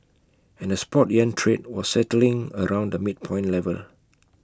and the spot yuan trade was settling around the midpoint level